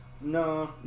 No